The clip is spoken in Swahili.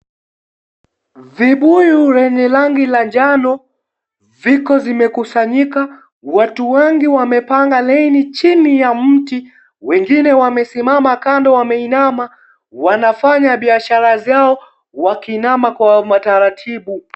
Vibuyu yenye rangi ya njano viko vimekusanyika watu wengi wamepanga laini chini ya mti, wengine wamesimama kando wameinama wanafanya biashara zao wakiinama kwa utaratibu.